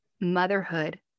motherhood